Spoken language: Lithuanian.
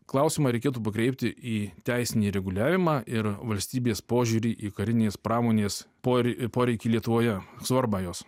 klausimą reikėtų pakreipti į teisinį reguliavimą ir valstybės požiūrį į karinės pramonės porek poreikį lietuvoje svarbą jos